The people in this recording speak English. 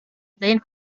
playing